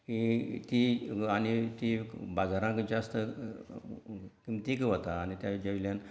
तीं तीं आनीक तीं बाजारान जास्त उन्तिक वता आनी तेच्या वयल्यान